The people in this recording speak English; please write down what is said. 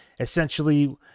Essentially